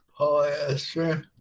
Polyester